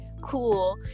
cool